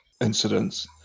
incidents